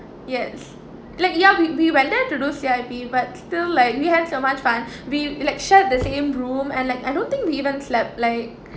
yes like ya we we went there to do C_I_P but still like we had so much fun we like shared the same room and like I don't think we even slept like